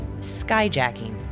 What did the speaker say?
Skyjacking